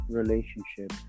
relationship